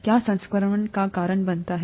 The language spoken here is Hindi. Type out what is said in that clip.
क्या संक्रमण का कारण बनता है